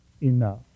enough